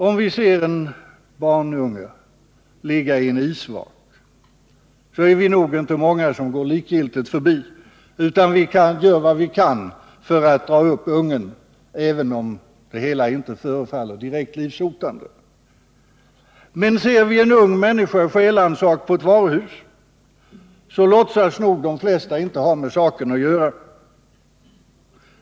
Om vi ser en barnunge ligga i en isvak går vi nog inte likgiltigt förbi utan gör vad vi kan för att dra upp ungen — även om det hela inte förefaller direkt livshotande. Men de flesta som ser en ung människa stjäla en sak på ett varuhus låtsas nog inte ha med saken att göra.